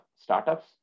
startups